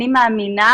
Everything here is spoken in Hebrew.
אני מאמינה